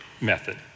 method